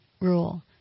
rule